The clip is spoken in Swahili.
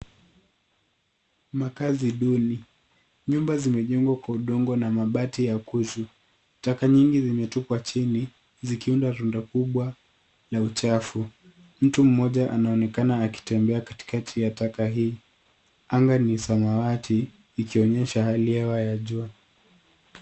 Makazi duni. Nyumba zimejengwa kwa udongo na mabati ya kutu. Taka nyingi zimetupwa chini, zikiunda rundo kubwa la uchafu. Mtu mmoja anaonekana akitembea katikati ya taka hii anga ni samawati ikionyesha hali ya hewa ya juu.